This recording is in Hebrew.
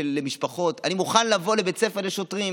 של משפחות: אני מוכן לבוא לבית הספר לשוטרים